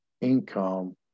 income